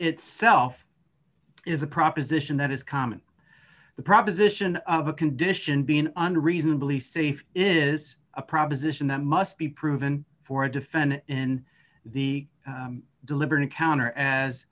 itself is a proposition that is common the proposition of a condition being and reasonably safe is a proposition that must be proven for a defendant in the deliberate encounter as